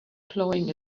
plowing